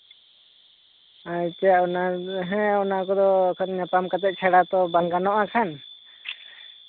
ᱟᱪᱪᱷᱟ ᱦᱮᱸ ᱚᱱᱟ ᱠᱚᱫᱚ ᱧᱟᱯᱟᱢ ᱠᱟᱛᱮᱫ ᱪᱷᱟᱲᱟ ᱛᱚ ᱵᱟᱝ ᱜᱟᱱᱚᱜᱼᱟ ᱟᱜ ᱠᱷᱟᱱ